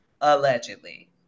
allegedly